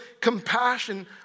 compassion